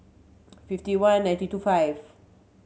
fifty one ninety two five